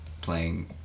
playing